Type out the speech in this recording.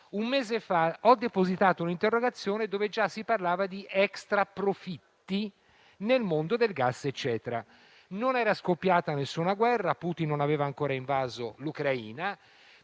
o altro - ho depositato un'interrogazione dove già si parlava di extraprofitti nel mondo del gas; non era scoppiata alcuna guerra, Putin non aveva ancora invaso l'Ucraina,